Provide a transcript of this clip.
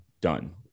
done